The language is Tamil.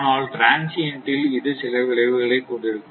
ஆனால் ட்ரான்சியின்ட் ல் இது சில விளைவுகளை கொண்டிருக்கும்